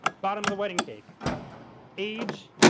bottom of the wedding cake age,